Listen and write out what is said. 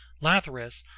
lathyrus,